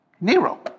Nero